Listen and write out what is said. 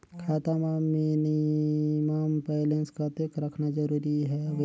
खाता मां minimum balance कतेक रखना जरूरी हवय?